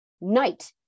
night